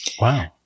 Wow